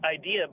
idea